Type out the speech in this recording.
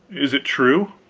is it true?